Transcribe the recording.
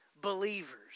believers